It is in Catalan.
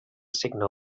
signe